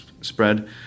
spread